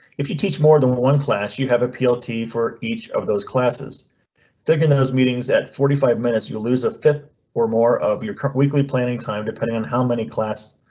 if you teach more than one class, you have a plt for each of those classes during those meetings. at forty five minutes you'll lose a fifth or more of your weekly planning time, depending on how many class.